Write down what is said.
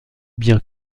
bien